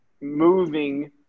moving